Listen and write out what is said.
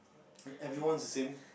when everyone's the same